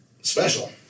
special